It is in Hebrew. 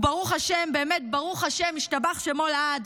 ברוך השם, באמת ברוך השם, ישתבח שמו לעד,